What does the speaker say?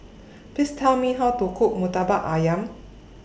Please Tell Me How to Cook Murtabak Ayam